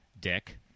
Dick